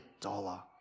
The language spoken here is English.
dollar